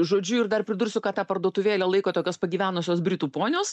žodžiu ir dar pridursiu kad tą parduotuvėlę laiko tokios pagyvenusios britų ponios